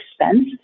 expense